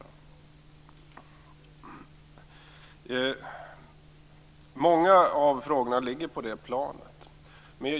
Många av frågorna ligger på det planet.